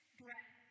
breath